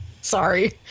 Sorry